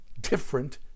different